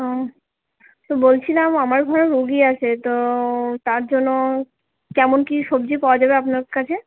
ও তো বলছিলাম আমার ঘরে রুগী আছে তো তার জন্য কেমন কি সবজি পাওয়া যাবে আপনার কাছে